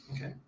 Okay